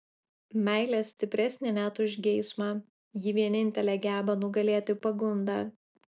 meilė stipresnė net už geismą ji vienintelė geba nugalėti pagundą